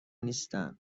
نیستن